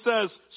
says